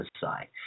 side